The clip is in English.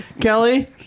Kelly